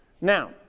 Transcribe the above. Now